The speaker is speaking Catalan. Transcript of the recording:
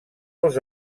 als